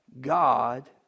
God